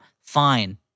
fine